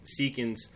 Seekins